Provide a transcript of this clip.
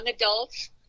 adults